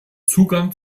zugang